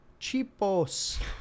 chipos